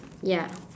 ya